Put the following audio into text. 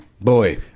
Boy